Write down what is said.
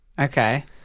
okay